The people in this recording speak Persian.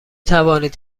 توانید